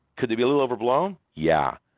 could they be a little overblown? yeah.